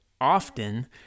often